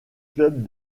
club